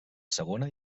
segona